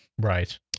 right